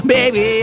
Baby